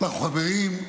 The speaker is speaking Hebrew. אנחנו חברים,